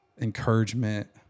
encouragement